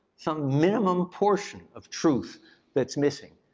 some minimum portion of truth that's missing.